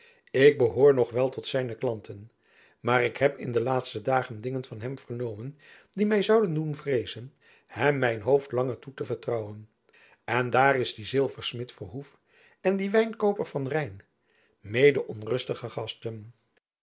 ik behoor nog wel tot zijne klanten maar ik heb in de laatste dagen dingen van hem vernomen die my zouden doen vreezen hem mijn hoofd langer toe te vertrouwen en daar is die zilversmid verhoef en die wijnkooper van rijp mede onrustige gasten